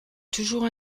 toujours